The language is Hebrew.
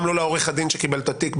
גם לעורך הדין שקיבל את התיק,